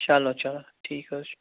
چلو چلو ٹھیٖک حظ چھُ